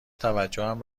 توجهم